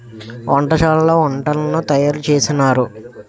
వంటశాలలో వంటలను తయారు చేసినారు